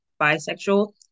bisexual